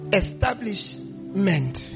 establishment